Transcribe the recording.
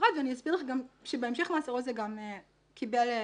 בנפרד ואני אסביר לך גם שבהמשך מאסרו זה גם קיבל גושפנקה,